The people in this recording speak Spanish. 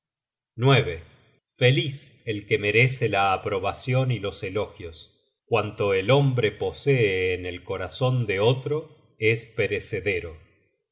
at feliz el que merece la aprobacion y los elogios cuanto el hombre posee en el corazon de otro es perecedero